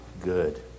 good